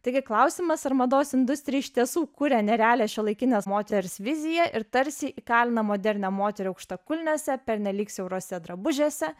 taigi klausimas ar mados industrija iš tiesų kuria nerealią šiuolaikinės moters viziją ir tarsi įkalina modernią moterį aukštakulniuose pernelyg siauruose drabužiuose